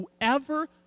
whoever